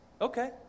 okay